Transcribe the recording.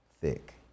thick